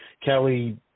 Kelly